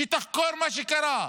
שהיא תחקור מה שקרה.